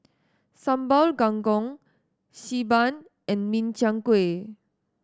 Sambal Kangkong Xi Ban and Min Chiang Kueh